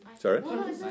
Sorry